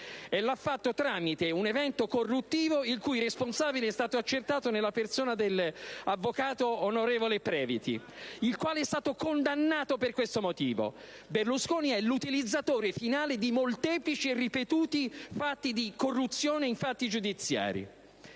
e lo ha fatto tramite un evento corruttivo, il cui responsabile è stato accertato nella persona dell'avvocato onorevole Previti, il quale è stato condannato per questo motivo. *(Commenti del senatore Divina).* Berlusconi è l'utilizzatore finale di molteplici e ripetuti episodi di corruzione in fatti giudiziari.